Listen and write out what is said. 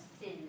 sin